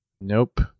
Nope